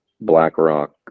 BlackRock